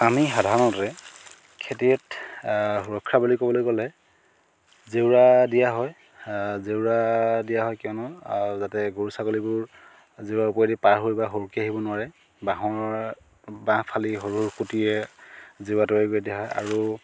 আমি সাধাৰণতে খেতিত সুৰক্ষা বুলি ক'বলৈ গ'লে জেওৰা দিয়া হয় জেওৰা দিয়া হয় কিয়নো যাতে গৰু ছাগলীবোৰ জেওৰাৰ ওপৰেদি পাৰ হৈ বা সুৰুকি অহিব নোৱাৰে বাঁহৰ বাঁহ ফালি সৰু খুঁটিৰে জেওৰা তৈয়াৰ কৰি দিয়া হয় আৰু